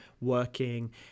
working